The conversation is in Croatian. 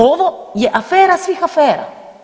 Ovo je afera svih afera.